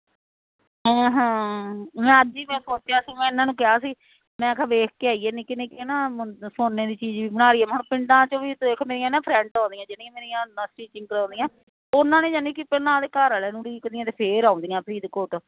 ਹਮ ਹਮ ਮੈਂ ਅੱਜ ਹੀ ਮੈਂ ਸੋਚਿਆ ਸੀ ਮੈਂ ਇਹਨਾਂ ਨੂੰ ਕਿਹਾ ਸੀ ਮੈਂ ਕਿਹਾ ਵੇਖ ਕੇ ਆਈਏ ਨਿੱਕੇ ਨਿੱਕੇ ਨਾ ਸੋਨੇ ਦੀ ਚੀਜ਼ ਬਣਾ ਲਈਏ ਹੁਣ ਪਿੰਡਾਂ 'ਚੋਂ ਵੀ ਦੇਖ ਮੇਰੀਆਂ ਨਾ ਫਰੈਂਡਾਂ ਆਉਂਦੀਆਂ ਜਿਹੜੀ ਮੇਰੀਆਂ ਸਟਚਿੰਗ ਕਰਾਉਣੀਆਂ ਅਤੇ ਉਹਨਾਂ ਨੇ ਯਾਨੀ ਕੇ ਪਹਿਲਾਂ ਘਰ ਵਾਲਿਆਂ ਨੂੰ ਇੱਕ ਵਾਰੀ ਫਿਰ ਆਉਂਦੀਆਂ ਫਰੀਦਕੋਟ